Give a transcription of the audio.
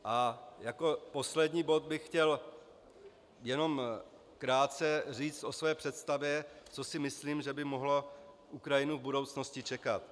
A jako poslední bod bych chtěl jen krátce říct o své představě, co si myslím, že by mohlo Ukrajinu v budoucnosti čekat.